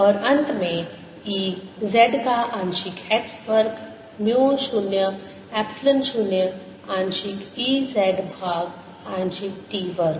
और अंत में E z का आंशिक x वर्ग म्यू 0 एप्सिलॉन 0 आंशिक E z भाग आंशिक t वर्ग